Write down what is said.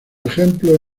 ejemplos